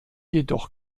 jedoch